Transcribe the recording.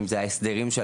אם זה לעשות הסדרים,